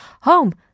home